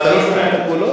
מה, אתה לא שומע את הקולות?